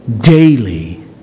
daily